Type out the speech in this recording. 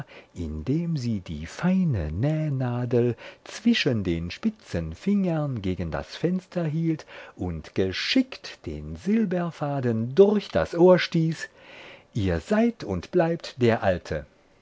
indem sie die feine nähnadel zwischen den spitzen fingern gegen das fenster hielt und geschickt den silberfaden durch das ohr stieß ihr seid und bleibt der alte